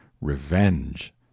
REVENGE